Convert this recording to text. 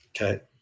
Okay